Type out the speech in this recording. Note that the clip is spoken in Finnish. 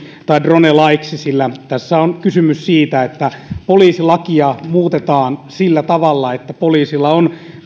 drone laiksi sillä tässä on kysymys siitä että poliisilakia muutetaan sillä tavalla että poliisilla on